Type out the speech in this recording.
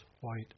white